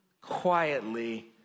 quietly